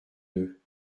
deux